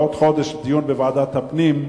בעוד חודש דיון בוועדת הפנים,